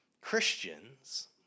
Christians